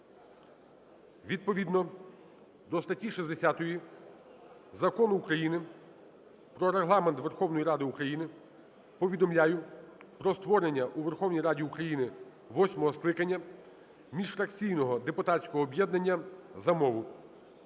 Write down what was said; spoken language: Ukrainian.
"Відповідно до статті 60 Закону України про Регламент Верховної Ради України повідомляю про створення у Верховній Раді України восьмого скликання міжфракційного депутатського об'єднання "За мову".